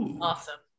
Awesome